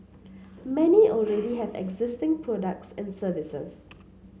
many already have existing products and services